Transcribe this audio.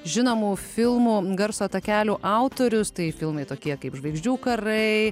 žinomų filmų garso takelių autorius tai filmai tokie kaip žvaigždžių karai